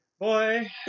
Boy